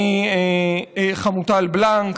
חמוטל בלנק.